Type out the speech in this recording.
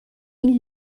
این